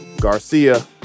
Garcia